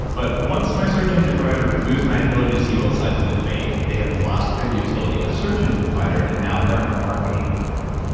but once my search engine provider removes my ability to see both sides of a debate, they have lost their utility as a search engine provider and now they're a marketing provider.